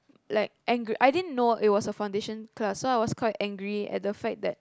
like angry I didn't know it was a foundation class so I was quite angry at the fact that